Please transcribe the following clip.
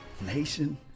nation